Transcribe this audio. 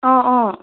অঁ অঁ